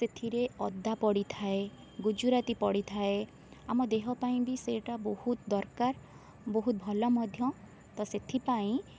ସେଥିରେ ଅଦା ପଡ଼ିଥାଏ ଗୁଜୁରାତି ପଡ଼ିଥାଏ ଆମ ଦେହ ପାଇଁ ବି ସେଇଟା ବହୁତ ଦରକାର ବହୁତ ଭଲ ମଧ୍ୟ ତ ସେଥିପାଇଁ